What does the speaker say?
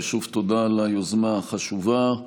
ושוב תודה על היוזמה החשובה.